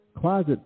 closet